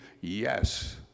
Yes